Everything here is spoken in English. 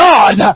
God